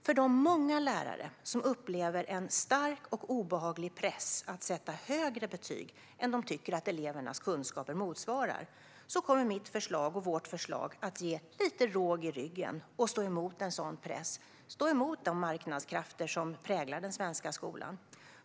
För de många lärare som upplever en stark och obehaglig press att sätta högre betyg än vad de tycker att elevernas kunskaper motsvarar kommer mitt och vårt förslag att ge lite råg i ryggen att stå emot denna press och de marknadskrafter som präglar den svenska skolan.